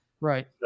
right